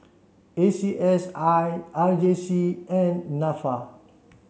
A C S I R J C and NAFA